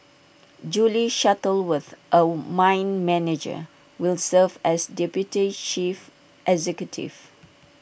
Julie Shuttleworth A mine manager will serve as deputy chief executive